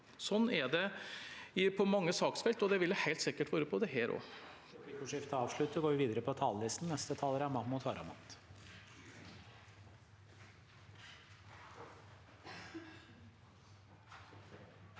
Slik er det på mange saksfelt, og det vil det helt sikkert være på dette også.